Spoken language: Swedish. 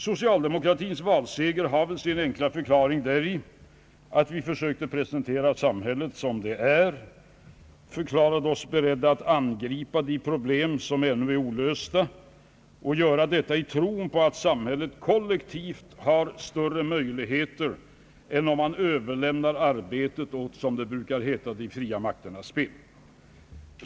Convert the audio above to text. Socialdemokratins valseger har väl sin enkla förklaring däri att vi försökte presentera samhället som det är, förklarade oss beredda att angripa de problem som ännu är olösta och göra detta i tron på att samhället kollektivt har större möjligheter än om man överlämnar arbetet åt, som det brukar heta, de fria makternas spel.